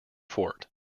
fort